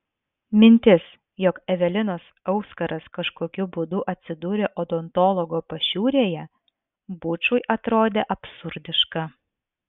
mintis jog evelinos auskaras kažkokiu būdu atsidūrė odontologo pašiūrėje bučui atrodė absurdiška